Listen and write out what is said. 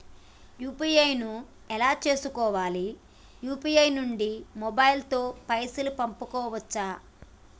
UPI ను ఎలా చేస్కోవాలి యూ.పీ.ఐ నుండి మొబైల్ తో పైసల్ పంపుకోవచ్చా?